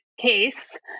case